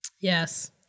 Yes